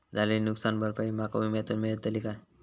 झालेली नुकसान भरपाई माका विम्यातून मेळतली काय?